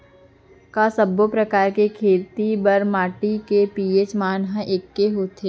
का सब्बो प्रकार के खेती बर माटी के पी.एच मान ह एकै होथे?